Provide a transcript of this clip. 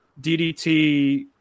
DDT